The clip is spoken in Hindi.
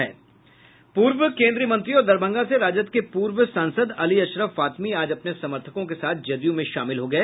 पूर्व केंद्रीय मंत्री और दरभंगा से राजद के पूर्व सांसद अली अशरफ फातमी आज अपने समर्थकों के साथ जदयू में शामिल हो गए